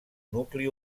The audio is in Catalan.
nucli